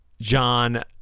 John